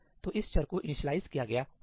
तो इस चर को इनिशियलाइज़ किया गया होगा